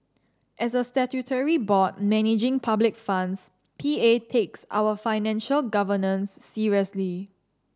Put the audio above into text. as a statutory board managing public funds P A takes our financial governance seriously